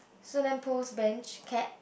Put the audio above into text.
so lamp post bench cat